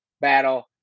battle